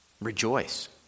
rejoice